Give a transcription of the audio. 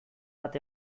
bat